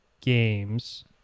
games